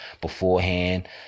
beforehand